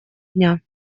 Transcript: дня